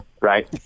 right